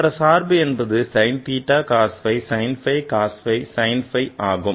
மற்ற சார்பு என்பது sin theta cos phi sin phi - cos phi sin phi ஆகும்